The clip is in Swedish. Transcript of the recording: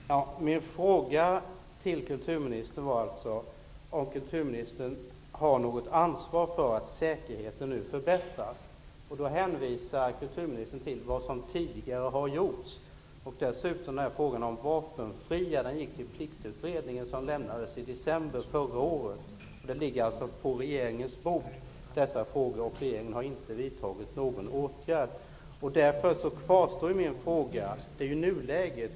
Fru talman! Min fråga till kulturministern var alltså: Har kulturministern något ansvar för att säkerheten nu förbättras? Då hänvisar kulturministern till vad som tidigare har gjorts. Frågan om de vapenfria gick dessutom till Pliktutredningen, som lämnade sitt betänkande i december förra året. Dessa frågor ligger alltså på regeringens bord, och regeringen har inte vidtagit någon åtgärd. Därför kvarstår min fråga. Det handlar ju om nuläget.